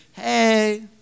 Hey